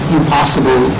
impossible